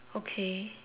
okay